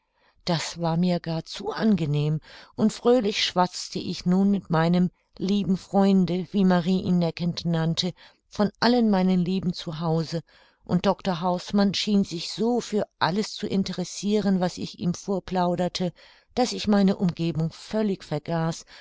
das war mir gar zu angenehm und fröhlich schwatzte ich nun mit meinem lieben freunde wie marie ihn neckend nannte von allen meinen lieben zu hause und dr hausmann schien sich so für alles zu interessiren was ich ihm vorplauderte daß ich meine umgebung völlig vergaß